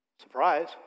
surprise